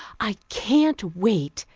i can't wait,